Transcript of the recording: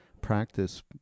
practice